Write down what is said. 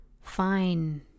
fine